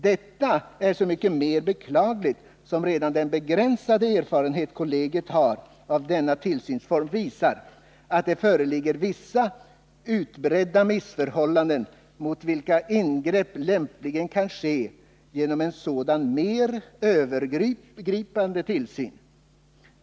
Detta är så mycket mera beklagligt som redan den begränsade erfarenhet kollegiet har av denna tillsynsform visar att det föreligger vissa utbredda missförhållanden mot vilka ingrepp lämpligen kan ske genom en sådan mer övergripande tillsyn.